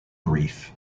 grief